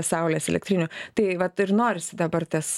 saulės elektrinių tai vat ir norisi dabartės